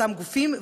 אותם גופים,